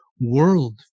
world